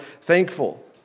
thankful